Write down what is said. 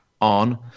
on